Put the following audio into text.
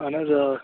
اہن حظ آ